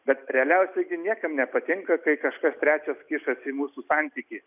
bet realiausia gi niekam nepatinka kai kažkas trečias kišasi į mūsų santykį